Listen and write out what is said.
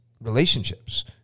relationships